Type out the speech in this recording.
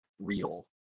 real